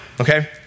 okay